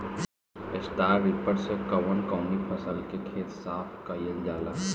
Straw reaper से कवन कवनी फसल के खेत साफ कयील जाला?